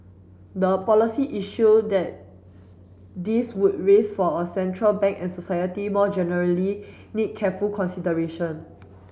the policy issue that this would raise for a central bank and society more generally need careful consideration